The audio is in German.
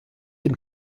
dem